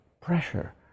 pressure